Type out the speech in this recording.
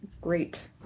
great